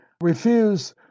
refuse